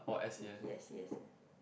mm he s_c_s eh